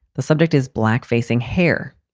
the subject is black facing hair.